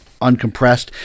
Uncompressed